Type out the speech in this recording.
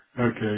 Okay